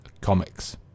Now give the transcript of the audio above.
Comics